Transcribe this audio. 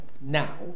now